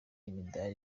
imidari